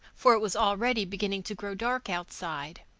for it was already beginning to grow dark outside.